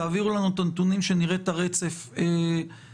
תעבירו לנו את הנתונים כדי שנראה את הרצף של מה